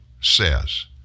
says